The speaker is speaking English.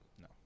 No